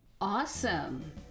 Awesome